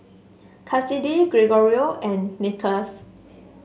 Kassidy Gregorio and Nicholas